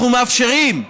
אנחנו מאפשרים.